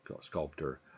sculptor